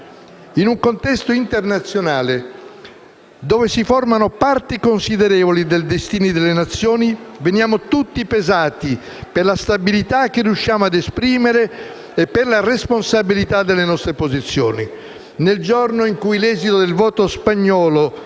In un contesto internazionale dove si formano parti considerevoli dei destini delle nazioni, veniamo tutti pesati per la stabilità che riusciamo a esprimere e per la responsabilità delle nostre posizioni. Nel giorno in cui l'esito del voto spagnolo